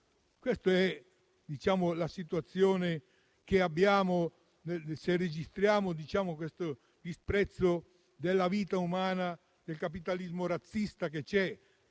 Questa è la situazione che abbiamo se registriamo il disprezzo della vita umana, con il capitalismo razzista che c'è